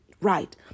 Right